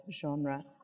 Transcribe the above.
genre